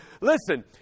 listen